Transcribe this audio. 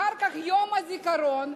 אחר כך יום הזיכרון,